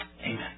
Amen